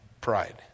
Pride